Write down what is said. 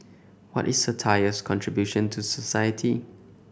what is satire's contribution to society